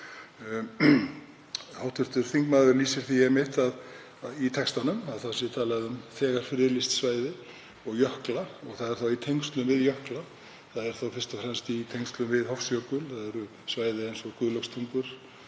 Hv. þingmaður lýsir því einmitt í textanum að talað sé um þegar friðlýst svæði og jökla og það er þá í tengslum við jökla. Það er þá fyrst og fremst í tengslum við Hofsjökul. Það eru svæði eins og Guðlaugstungur,